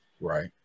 Right